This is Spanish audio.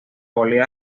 volea